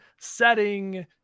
setting